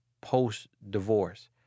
post-divorce